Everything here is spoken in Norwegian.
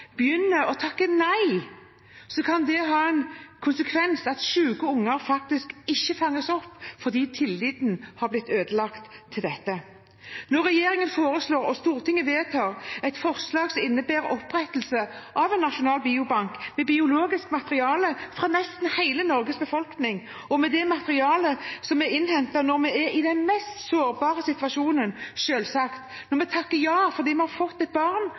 begynner å takke nei, kan det ha som konsekvens at syke unger faktisk ikke fanges opp, fordi tilliten har blitt ødelagt til dette. Regjeringen foreslår og Stortinget vedtar et forslag som innebærer opprettelse av en nasjonal biobank med biologisk materiale fra nesten hele Norges befolkning, innhentet når vi er i den mest sårbare situasjonen, og vi takker ja fordi vi har fått et barn